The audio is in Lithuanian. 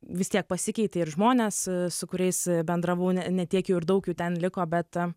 vis tiek pasikeitė ir žmonės su kuriais bendravau ne tiek jau ir daug jų ten liko bet